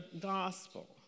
gospel